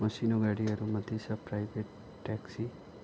मसिनो गाडीहरूमध्ये सब प्राइभेट ट्याक्सी